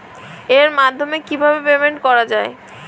এর মাধ্যমে কিভাবে পেমেন্ট করা য়ায়?